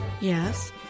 Yes